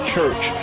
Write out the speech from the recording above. Church